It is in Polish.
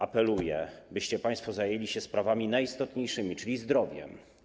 Apeluję, byście państwo zajęli się sprawami najistotniejszymi, czyli zdrowiem.